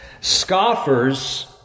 Scoffers